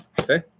Okay